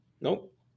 Nope